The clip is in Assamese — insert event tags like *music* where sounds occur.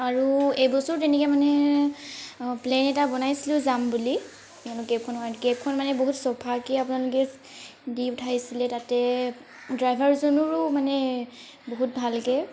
আৰু এইবছৰ তেনেকৈ মানে প্লেন এটা বনাইছিলো যাম বুলি *unintelligible* কেবখন মানে বহুত চফাকৈ আপোনালোকে দি পঠাইছিলে তাতে ড্ৰাইভাৰজনৰো মানে বহুত ভালকৈ